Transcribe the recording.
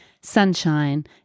sunshine